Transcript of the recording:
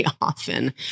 often